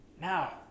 Now